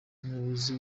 umuyobozi